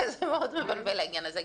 זה מאוד מבלבל העניין הזה.